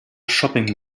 shopping